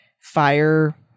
fire